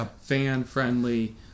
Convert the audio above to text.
fan-friendly